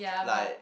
like